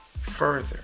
further